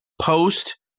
post